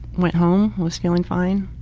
went home. was feeling fine.